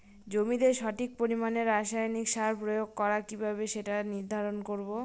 জমিতে সঠিক পরিমাণে রাসায়নিক সার প্রয়োগ করা কিভাবে সেটা নির্ধারণ করব?